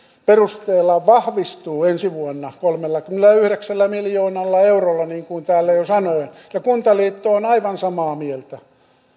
perusteella kuntatalous vahvistuu ensi vuonna kolmellakymmenelläyhdeksällä miljoonalla eurolla niin kuin täällä jo sanoin ja kuntaliitto on aivan samaa mieltä